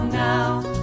now